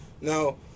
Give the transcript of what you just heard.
Now